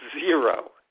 zero